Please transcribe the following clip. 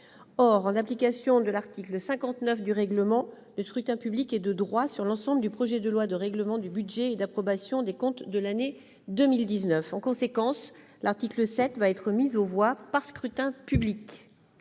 Or, en application de l'article 59 du règlement, le scrutin public est de droit sur l'ensemble du projet de loi de règlement du budget et d'approbation des comptes de l'année 2019. En conséquence, l'article 7 va être mis aux voix par scrutin public.